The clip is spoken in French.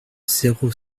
zéro